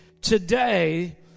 today